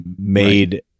made